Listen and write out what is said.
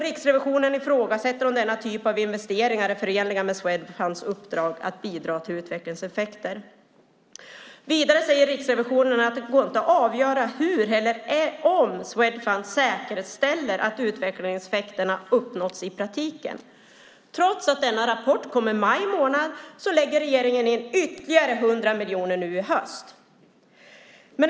Riksrevisionen ifrågasätter om denna typ av investeringar är förenliga med Swedfunds uppdrag att bidra till utvecklingseffekter. Vidare säger Riksrevisionen att det inte går att avgöra hur eller om Swedfund säkerställer att utvecklingseffekterna uppnåtts i praktiken. Trots att denna rapport kom i maj månad lägger regeringen in ytterligare 100 miljoner nu i höst.